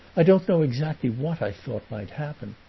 i don't know exactly what i thought might happen,